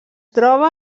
troba